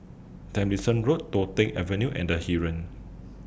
Tomlinson Road Toh Tuck Avenue and The Heeren